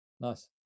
nice